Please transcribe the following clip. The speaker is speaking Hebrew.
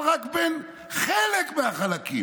אבל רק בין חלק מהחלקים.